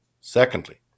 Secondly